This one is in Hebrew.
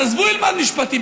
אז עזבו ילמד משפטים,